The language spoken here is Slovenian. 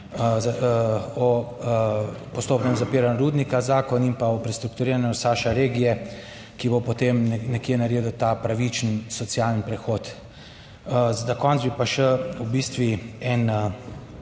o postopnem zapiranju rudnika zakon in pa o prestrukturiranju Saša(?) regije, ki bo potem nekje naredil ta pravičen socialen prehod. Za konec bi pa še v bistvu en